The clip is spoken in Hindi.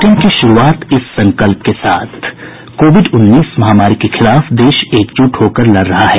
बुलेटिन की शुरूआत इस संकल्प के साथ कोविड उन्नीस महामारी के खिलाफ देश एकजुट होकर लड़ रहा है